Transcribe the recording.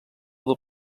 del